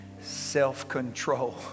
Self-control